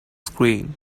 screen